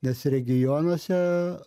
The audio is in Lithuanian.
nes regionuose